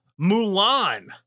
Mulan